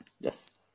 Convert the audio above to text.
Yes